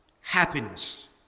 happiness